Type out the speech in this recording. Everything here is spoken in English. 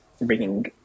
bringing